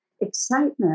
excitement